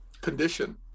condition